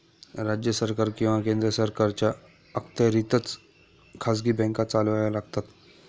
राज्य सरकार किंवा केंद्र सरकारच्या अखत्यारीतच खाजगी बँका चालवाव्या लागतात